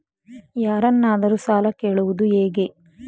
ಯಾರನ್ನಾದರೂ ಸಾಲ ಕೇಳುವುದು ಹೇಗೆ?